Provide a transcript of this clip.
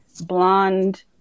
blonde